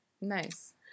Nice